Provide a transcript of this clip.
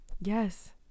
yes